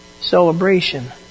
celebration